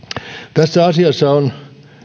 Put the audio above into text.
tässä asiassa on